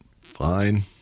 fine